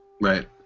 Right